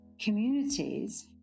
communities